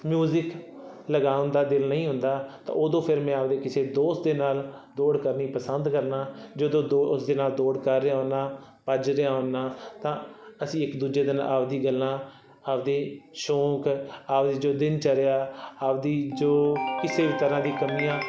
music ਲਗਾਉਣ ਦਾ ਦਿਲ ਨਹੀਂ ਹੁੰਦਾ ਤਾਂ ਉਦੋਂ ਫਿਰ ਮੈਂ ਆਪਣੇ ਕਿਸੇ ਦੋਸਤ ਦੇ ਨਾਲ ਦੌੜ ਕਰਨੀ ਪਸੰਦ ਕਰਦਾ ਜਦੋਂ ਦੌ ਉਸ ਦੇ ਨਾਲ ਦੌੜ ਕਰ ਰਿਹਾ ਹੁੰਦਾ ਭੱਜ ਰਿਹਾ ਹੁੰਦਾ ਤਾਂ ਅਸੀਂ ਇੱਕ ਦੂਜੇ ਦੇ ਨਾਲ ਆਪਣੀ ਗੱਲਾਂ ਆਪਣੇ ਸ਼ੌਂਕ ਆਪਣੀ ਜੋ ਦਿਨ ਚਰਿਆ ਆਪਣੀ ਜੋ ਕਿਸੇ ਵੀ ਤਰ੍ਹਾਂ ਦੀ ਕਮੀਆਂ